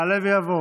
יעלה ויבוא